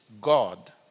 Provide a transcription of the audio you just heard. God